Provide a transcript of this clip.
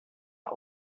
are